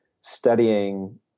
studying